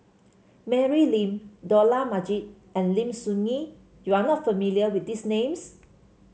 Mary Lim Dollah Majid and Lim Soo Ngee you are not familiar with these names